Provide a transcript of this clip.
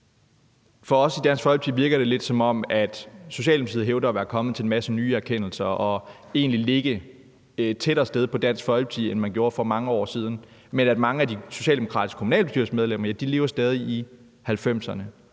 For os i Dansk Folkeparti virker det lidt, som om Socialdemokratiet hævder at være kommet til en masse nye erkendelser og egentlig hævder at ligge et tættere sted på Dansk Folkeparti, end man gjorde for mange år siden, men mange af de socialdemokratiske kommunalbestyrelsesmedlemmer lever stadig i 1990'erne.